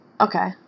Okay